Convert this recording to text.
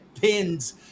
pins